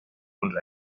und